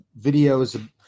videos